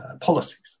policies